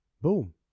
Boom